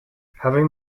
having